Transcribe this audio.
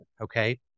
okay